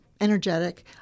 energetic